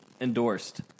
endorsed